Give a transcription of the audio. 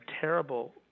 terrible